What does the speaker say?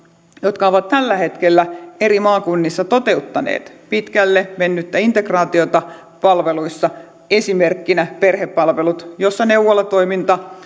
jotka ovat tällä hetkellä eri maakunnissa toteuttaneet pitkälle mennyttä integraatiota palveluissa esimerkkinä perhepalvelut joissa neuvolatoiminta